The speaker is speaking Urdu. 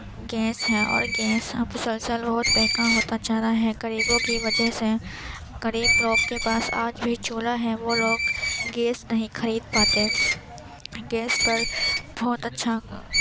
گیس ہے اور گیس اب مسلسل بہت مہنگا ہوتا جا رہا ہے غریبوں کی وجہ سے غریب لوگ کے پاس آج بھی چولہا ہے وہ لوگ گیس نہیں خرید پاتے گیس پر بہت اچھا